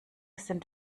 sind